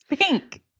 Pink